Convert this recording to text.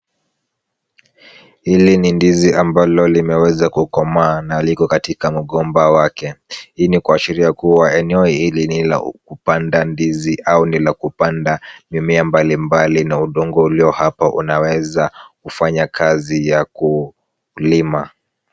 Hili ni ndizi ambalo limeweza kukomaa na liko katika mgomba wake. Hii ni kuashiria kuwa eneo hili ni la kupanda ndizi au ni la kupanda mimea mbalimbali na udongo ulio hapa unaweza kufanya kazi ya kulima.